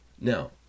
Now